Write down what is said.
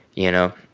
you know?